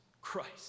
Christ